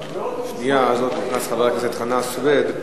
בשנייה הזאת נכנס חבר הכנסת חנא סוייד.